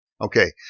Okay